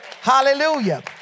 hallelujah